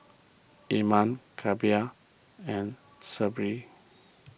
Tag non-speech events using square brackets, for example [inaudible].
Imran [unintelligible] and [unintelligible]